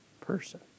person